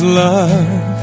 love